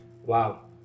Wow